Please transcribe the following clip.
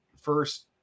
first